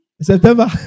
September